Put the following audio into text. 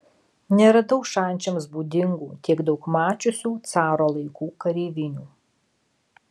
neradau šančiams būdingų tiek daug mačiusių caro laikų kareivinių